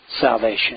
salvation